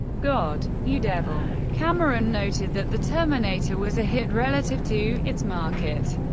god! you devil. cameron noted that the terminator was a hit relative to its market,